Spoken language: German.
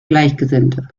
gleichgesinnte